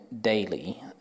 daily